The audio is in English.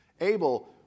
Abel